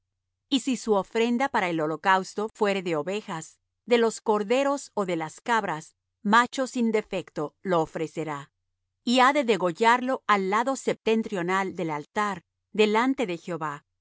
y si su ofrenda para holocausto fuere de ovejas de los corderos ó de las cabras macho sin defecto lo ofrecerá y ha de degollarlo al lado septentrional del altar delante de jehová